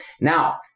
Now